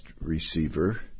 receiver